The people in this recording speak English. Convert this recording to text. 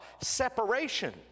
separation